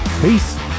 Peace